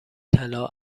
طلا